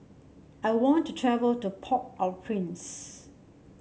I want to travel to Port Au Prince